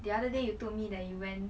the other day you told me that you went